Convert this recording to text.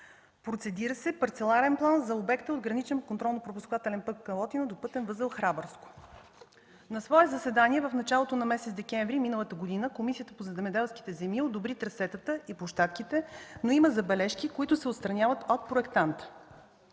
Процедира се парцеларен план за обекта от ГКПП Калотина до пътен възел „Храбърско”. На свое заседание в началото на месец декември миналата година Комисията по земеделските земи одобри трасетата и площадките, но има забележки, които се отстраняват от проектанта.